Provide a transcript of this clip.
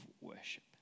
worship